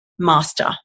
master